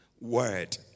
word